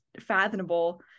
fathomable